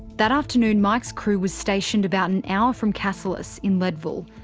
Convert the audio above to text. that afternoon, mike's crew was stationed about an hour from cassilis, in leadville.